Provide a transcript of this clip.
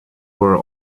were